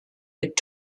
mit